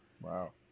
wow